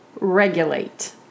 regulate